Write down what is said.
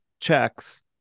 checks